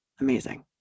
amazing